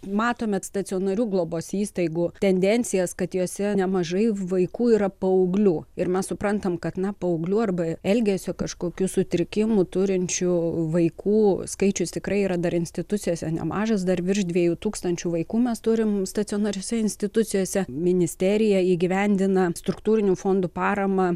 matome stacionarių globos įstaigų tendencijas kad jose nemažai vaikų yra paauglių ir mes suprantam kad na paauglių arba elgesio kažkokių sutrikimų turinčių vaikų skaičius tikrai yra dar institucijose nemažas dar virš dviejų tūkstančių vaikų mes turim stacionariose institucijose ministerija įgyvendina struktūrinių fondų paramą